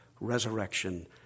resurrection